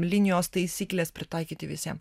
linijos taisyklės pritaikyti visiem